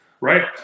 right